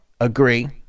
Agree